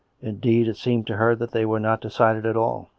indeed, it seemed to her that they were not decided at all.